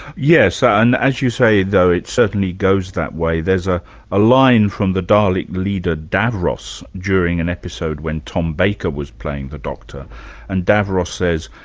yes, so and as you say though, it certainly goes that way. there's a ah line from the dalek leader davros during an episode when tom baker was playing the doctor and davros ah says,